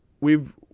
we've